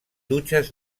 dutxes